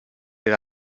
era